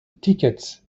tickets